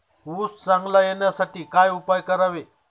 ऊस चांगला येण्यासाठी काय उपाय करावे?